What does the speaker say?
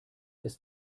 ist